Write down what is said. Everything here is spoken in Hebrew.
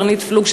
קרנית פלוג,